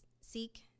seek